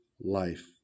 life